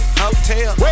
hotel